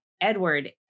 Edward